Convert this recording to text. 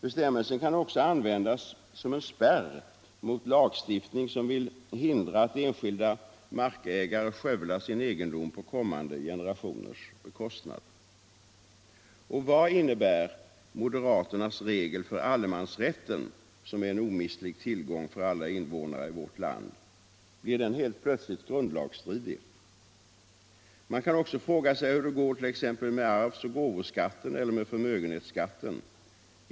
Bestämmelsen kan också användas som en spärr mot lagstiftning som vill hindra att enskilda markägare skövlar sin egendom på kommande generationers bekostnad. Och vad innebär moderaternas regel för allemansrätten, som är en omistlig tillgång för alla invånare i vårt land? Blir den helt plötsligt grundlagsstridig? Man kan också fråga sig hur det går t.ex. med arvsoch gåvoskatten eller med förmögenhetsskatten.